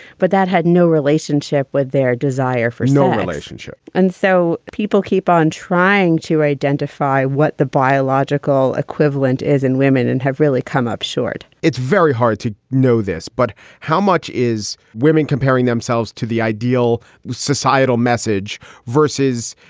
but that had no relationship with their desire for no relationship. and so people keep on trying to identify what the biological equivalent is in women and have really come up short it's very hard to know this, but how much is women comparing themselves to the ideal societal message vs.